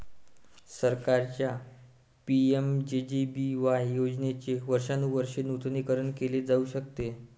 सरकारच्या पि.एम.जे.जे.बी.वाय योजनेचे वर्षानुवर्षे नूतनीकरण केले जाऊ शकते